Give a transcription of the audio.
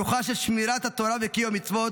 רוחה של שמירת התורה וקיום המצוות,